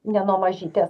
ne nuo mažytės